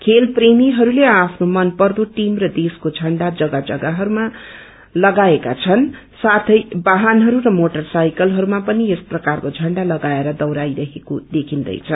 खेत्प्रेमीहरूले आफ्नो मनपर्दो टीम र देशको झण्डा जम्गा जम्गाहरूमा लगाएका छन् साथै वहानहरू र मोटर साइक्लहरूमा पनि यस प्रकारको झण्डा लगाएर दौराइरहेको देखिन्दैछ